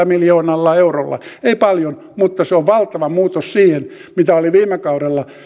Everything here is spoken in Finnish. miljoonalla eurolla ei paljon mutta se on valtava muutos siihen mitä oli viime kaudella